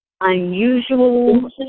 unusual